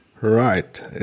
right